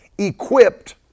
equipped